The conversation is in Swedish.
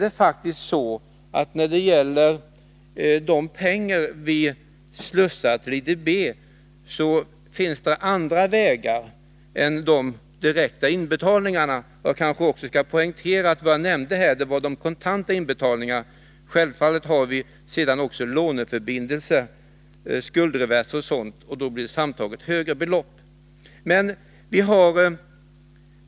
När det gäller de pengar som vi slussar till IDB finns det faktiskt andra vägar än de direkta inbetalningarna. Jag skall kanske poängtera att den summa som jag tidigare nämnde avsåg de kontanta inbetalningarna. Självfallet har vi också låneförbindelser och skuldreverser, varför det sammanlagda beloppet blir högre.